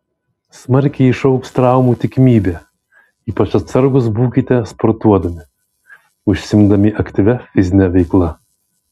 smarkiai išaugs traumų tikimybė ypač atsargūs būkite sportuodami užsiimdami aktyvia fizine veikla